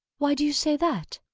why do you say that?